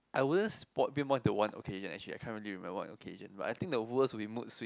I wouldn't spot pinpoint the one okay ya actually can't really remember one occasion but I think the worst would be mood swing